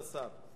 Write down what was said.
תודה לכבוד השר.